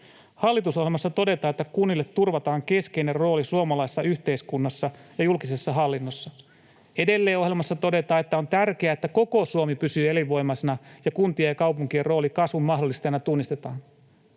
Hallitusohjelmassa todetaan, että kunnille turvataan keskeinen rooli suomalaisessa yhteiskunnassa ja julkisessa hallinnossa. Edelleen ohjelmassa todetaan, että on tärkeää, että koko Suomi pysyy elinvoimaisena ja kuntien ja kaupunkien rooli kasvun mahdollistajana tunnistetaan.